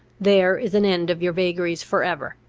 there is an end of your vagaries for ever.